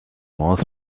most